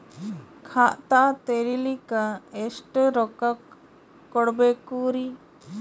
ಖಾತಾ ತೆರಿಲಿಕ ಎಷ್ಟು ರೊಕ್ಕಕೊಡ್ಬೇಕುರೀ?